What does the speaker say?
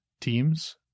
teams